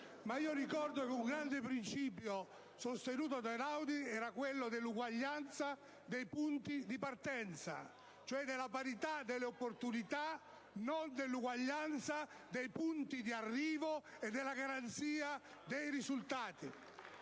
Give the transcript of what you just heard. ma ricordo che un grande principio sostenuto da Einaudi era quello dell'uguaglianza dei punti di partenza, cioè della parità delle opportunità, non dell'uguaglianza dei punti di arrivo e della garanzia dei risultati.